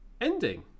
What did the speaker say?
ending